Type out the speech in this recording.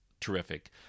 terrific